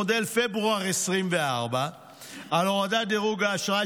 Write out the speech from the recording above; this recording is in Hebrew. מודל פברואר 2024 על הורדת דירוג האשראי